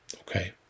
okay